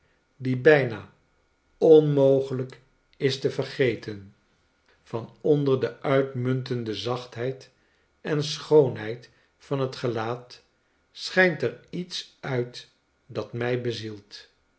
schilderij diebijna onmogelijk is te vergeten van onder de uitmuntende zachtheid en schoonheid van het gelaat schijnt er iets uit dat mij bezielt